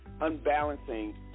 unbalancing